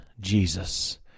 Jesus